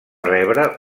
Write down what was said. rebre